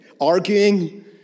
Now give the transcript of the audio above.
arguing